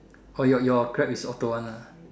oh your your Grab is auto one ah